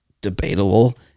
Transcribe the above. debatable